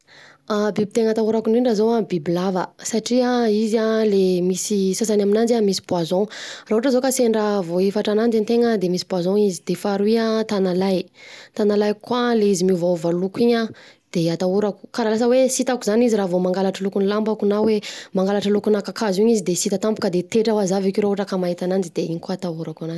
Biby tegna atahorako indrindra zao an bibilava satria an, izy an, le misy sasany aminazy an misy poison raha ohatra zao ka sendra voahifatra ananjy ategna misy poison izy, de faharoa an tanalahy, tanalahy koa le izy miovaova loko in an de atahorako, karaha lasa hoe tsy hitako zany izy raha vao mangalatra lokon’ny lambako, na hoe mangalatra lokona kakazo iny izy de tsy hita tampoka de tetra wa za avekeo raha ohatra ka mahita ananjy de iny koa atahorako ananjy.